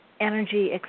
energy